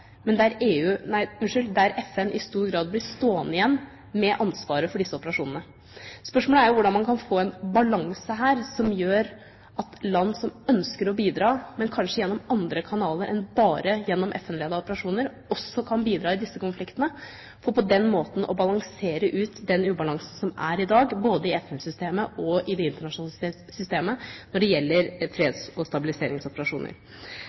FN blir i stor grad stående igjen med ansvaret for disse operasjonene. Spørsmålet er hvordan man kan få en balanse her som gjør at land som ønsker å bidra, men kanskje gjennom andre kanaler enn bare gjennom FN-ledede operasjoner, også kan bidra i disse konfliktene, for på den måten å balansere ut den ubalansen som er i dag, både i FN-systemet og i det internasjonale systemet når det gjelder